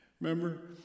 Remember